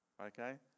okay